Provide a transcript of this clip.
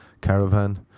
Caravan